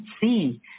see